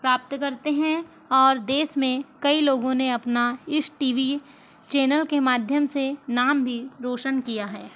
प्राप्त करते हैं और देश में कई लोगों ने अपना इस टी वी चैनल के माध्यम से नाम भी रोशन किया है